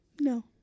no